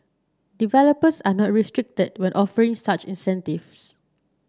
developers are not restricted when offering such incentives